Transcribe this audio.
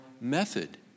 method